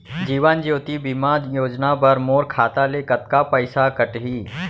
जीवन ज्योति बीमा योजना बर मोर खाता ले कतका पइसा कटही?